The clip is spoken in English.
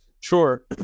Sure